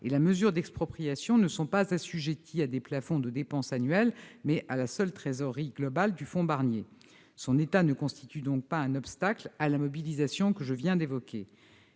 et la mesure d'expropriation sont assujetties non pas à des plafonds de dépenses annuelles, mais à la seule trésorerie globale du fonds Barnier. Son état ne constitue donc pas un obstacle à la mobilisation que je viens d'évoquer.